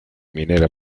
minera